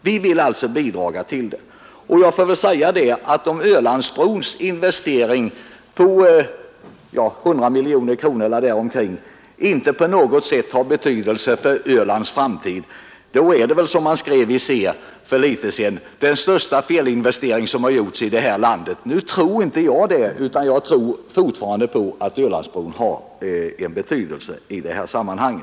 Vi vill alltså bidra till den lokalisering det här gäller. Om Ölandsbrons investering på omkring 100 miljoner kronor inte på något sätt har betydelse för Ölands framtid, då är den väl, som man skrev i Se för litet sedan, den största felinvestering som har gjorts i det här landet. Nu tror inte jag det, utan jag tror fortfarande att Ölandsbron har en betydelse i dessa sammanhang.